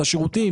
את השירותים,